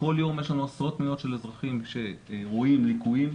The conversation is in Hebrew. כל יום יש לנו עשרות פניות של אזרחים שרואים ליקויים.